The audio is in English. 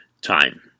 time